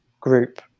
group